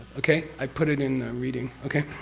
okay? i put it in reading okay?